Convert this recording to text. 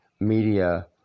Media